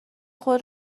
خود